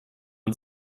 und